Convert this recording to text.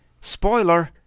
Spoiler